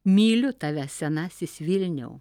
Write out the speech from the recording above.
myliu tave senasis vilniau